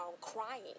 crying